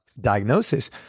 diagnosis